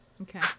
Okay